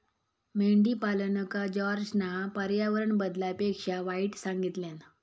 मेंढीपालनका जॉर्जना पर्यावरण बदलापेक्षा वाईट सांगितल्यान